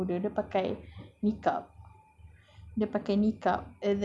ada apa you know in malaysia ada satu perempuan ni muda dia pakai niqab